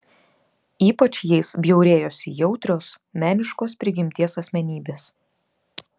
ypač jais bjaurėjosi jautrios meniškos prigimties asmenybės